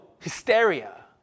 hysteria